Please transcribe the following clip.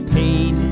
pain